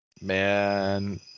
Man